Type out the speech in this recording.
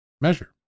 measure